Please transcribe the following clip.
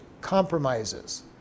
compromises